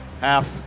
half